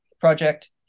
project